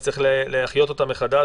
אז צריך להחיות את הוועדה מחדש,